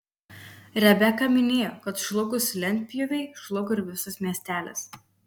rebeka minėjo kad žlugus lentpjūvei žlugo ir visas miestelis